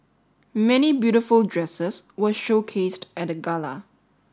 many beautiful dresses were showcased at the gala